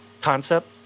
concept